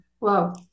Wow